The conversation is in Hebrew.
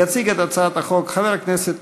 יציג את הצעת החוק חבר הכנסת